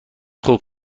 خوب